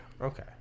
Okay